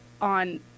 on